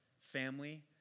family